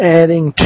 adding